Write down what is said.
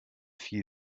few